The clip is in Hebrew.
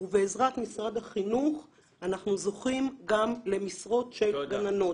ובעזרת משרד החינוך אנחנו זוכים גם למשרות של גננות.